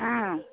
ஆ